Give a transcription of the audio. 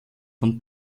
von